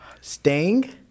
Sting